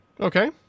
Okay